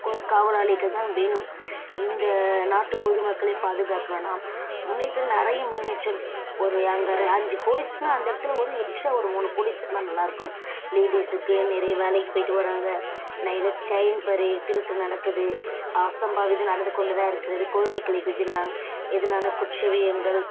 ஒரு காவலாளியாக தான் வேணும் இந்த நாட்டுப் பொதுமக்களை பாதுக்காக்கணும்னா முன்னேற்றம் நிறைய முன்னேற்றம் ஒரு அங்கே அஞ்சு போலீஸ்னா அந்த இடத்துல ஒரு எக்ஸ்ட்ரா ஒரு மூணு போலீஸ் இருந்தால் நல்லா இருக்கும் லேடிஸுக்கு நிறைய வேலைக்குப் போயிட்டு வராங்க நிறைய செயின் பறி திருட்டு நடக்குது அசம்பாவிதம் நடந்து கொண்டு தான் இருக்கின்றது குழந்தைகளுக்கு எதினா எதிரான குற்றவியங்கள்